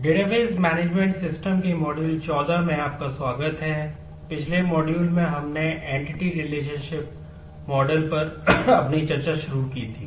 database पर अपनी चर्चा शुरू की थी